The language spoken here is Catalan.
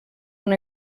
una